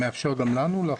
אתה מאפשר גם לנו?